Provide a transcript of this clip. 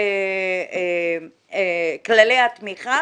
כללי התמיכה